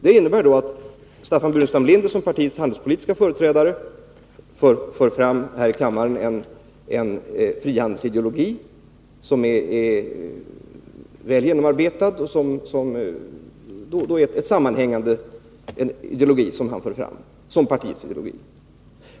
Det innebär att Staffan Burenstam Linder som partiets handelspolitiske företrädare här i kammaren för fram en frihandelsideologi, som är väl genomarbetad och sammanhängande och som är partiets ideologi.